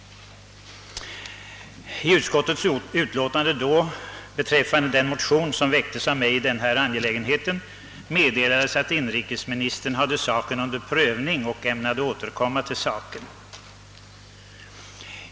I utskottets utlåtande i höstas över den motion jag väckt i denna fråga meddelades att inrikesministern hade saken under prövning och att han ämnade återkomma.